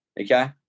okay